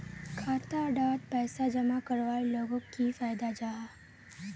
खाता डात पैसा जमा करवार लोगोक की फायदा जाहा?